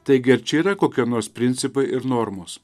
taigi ar čia yra kokie nors principai ir normos